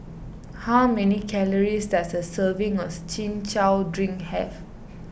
how many calories does a serving of Chin Chow Drink have